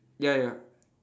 ya ya